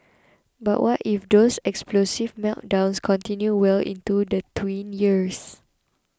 but what if those explosive meltdowns continue well into the tween years